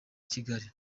kigali